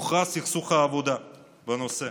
הוכרז סכסוך עבודה בנושא.